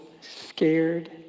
scared